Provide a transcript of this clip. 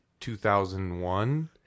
2001